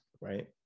right